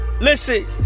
Listen